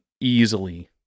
easily